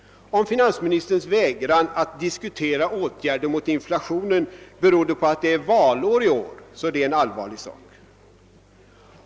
| Om finansministerns vägran att diskutera åtgärder mot inflationen berodde på att det är valår i år, så är det en allvarlig sak.